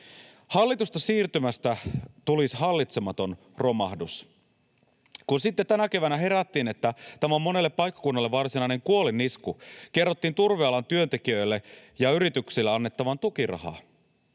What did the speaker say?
Hallitusta siirtymästä tulisi hallitsematon romahdus. Kun sitten tänä keväänä herättiin, että tämä on monelle paikkakunnalle varsinainen kuolinisku, kerrottiin turvealan työntekijöille ja yrityksille annettavan tukirahaa.